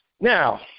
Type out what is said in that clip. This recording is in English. Now